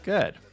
Good